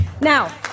now